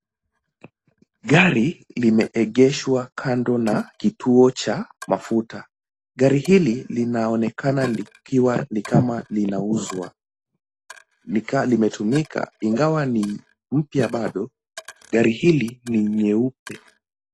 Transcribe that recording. Gari limeegeshwa kando na kituo cha mafuta. Gari hili linaonekana likiwa ni kama linauzwa. Ni kaa limetumika inagwa ni mpya bado, gari hili ni nyeupe.